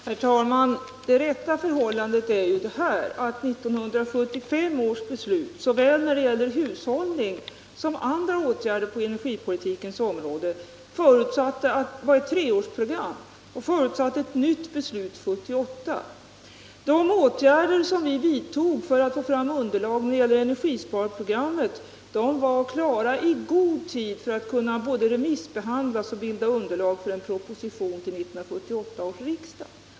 Herr talman! Det rätta förhållandet är ju det här: 1975 års beslut, såväl när det gäller hushållning som när det gäller andra åtgärder på energipolitikens område, var ett treårsprogram och förutsatte ett nyt: beslut 1978. De åtgärder som vi vidtog för att få fram underlag till energisparprogrammet var klara i god tid för att kunna både remissbehandlas och bilda underlag för en proposition till 1978 års riksdag.